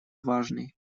важный